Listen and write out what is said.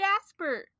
Jasper